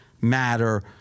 matter